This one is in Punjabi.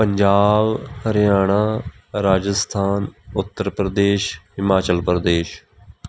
ਪੰਜਾਬ ਹਰਿਆਣਾ ਰਾਜਸਥਾਨ ਉੱਤਰ ਪ੍ਰਦੇਸ਼ ਹਿਮਾਚਲ ਪ੍ਰਦੇਸ਼